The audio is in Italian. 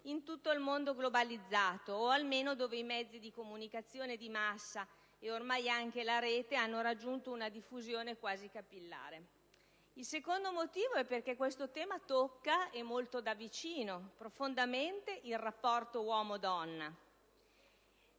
in tutto il mondo globalizzato, o almeno dove i mezzi di comunicazione di massa, e ormai anche la Rete, hanno raggiunto una diffusione anche capillare. Il secondo motivo è perché tale tema tocca molto da vicino, profondamente, il rapporto uomo-donna.